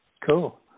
cool